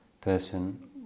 person